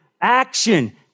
action